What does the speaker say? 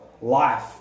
life